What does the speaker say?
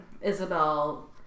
Isabel